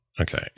Okay